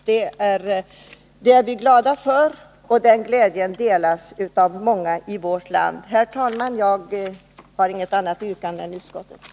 Det är vi glada för, och den glädjen delas av många i vårt land. Herr talman! Jag har nu inget annat yrkande än utskottets.